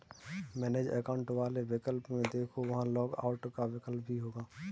manage account वाले विकल्प में देखो, वहां लॉग आउट का विकल्प भी होगा